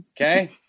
okay